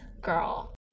Girl